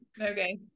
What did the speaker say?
Okay